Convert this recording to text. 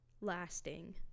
lasting